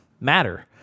matter